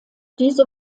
diese